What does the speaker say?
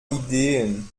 ideen